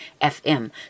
FM